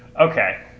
Okay